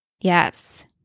Yes